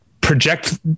project